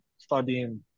Studying